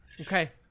Okay